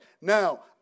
now